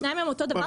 ששתיים מהן אותו דבר.